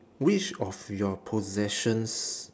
which of your possessions